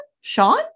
Sean